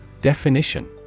Definition